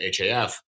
HAF